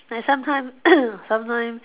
I sometime sometime